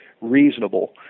reasonable